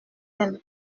elle